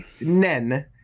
Nen